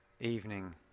Evening